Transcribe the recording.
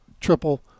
triple